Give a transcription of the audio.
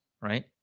right